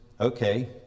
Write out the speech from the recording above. okay